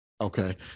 Okay